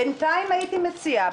בינתיים הייתי מציעה,